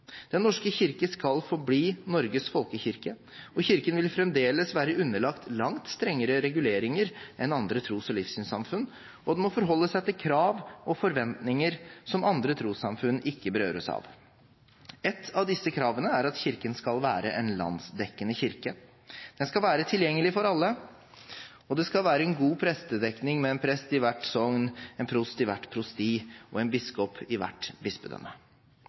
Den norske kirke skal forbli Norges folkekirke, og Kirken vil fremdeles være underlagt langt strengere reguleringer enn andre tros- og livssynssamfunn, og den må forholde seg til krav og forventninger som andre trossamfunn ikke berøres av. Ett av disse kravene er at Kirken skal være en landsdekkende kirke, den skal være tilgjengelig for alle. Det skal være en god prestedekning med en prest i hvert sogn, en prost i hvert prosti og en biskop i hvert